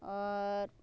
आओर